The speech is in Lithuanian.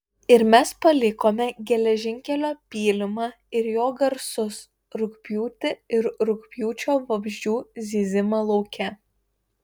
ir mes palikome geležinkelio pylimą ir jo garsus rugpjūtį ir rugpjūčio vabzdžių zyzimą lauke